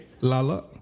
Lala